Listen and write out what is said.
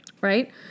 Right